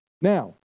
Now